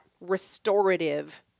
restorative